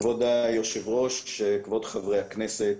כבוד היושבת-ראש, כבוד חברי הכנסת,